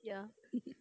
ya